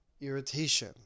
irritation